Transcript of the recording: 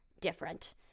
different